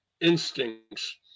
instincts